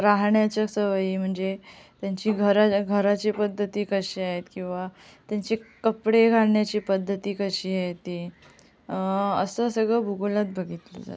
राहण्याच्या सवयी म्हणजे त्यांची घरं त्या घराचे पद्धती कशा आहेत किंवा त्यांचे कपडे घालण्याची पद्धती कशी आहे ती असं सगळं भूगोलात बघितलं जातं